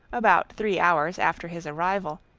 about three hours after his arrival,